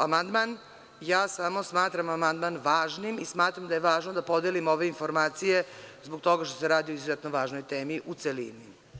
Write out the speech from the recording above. amandman, ja samo smatram amandman važnim i smatram da je važno da podelimo ove informacije, zbog toga što se radi o izuzetno važnoj temi u celini.